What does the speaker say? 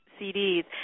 CDs